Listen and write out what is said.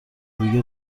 دیگه